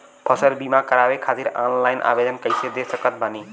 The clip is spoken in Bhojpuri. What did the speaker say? फसल बीमा करवाए खातिर ऑनलाइन आवेदन कइसे दे सकत बानी?